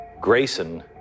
Grayson